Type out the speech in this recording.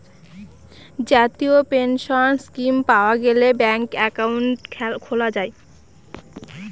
জাতীয় pension scheme পাওয়া গেলে ব্যাঙ্কে একাউন্ট খোলা যায়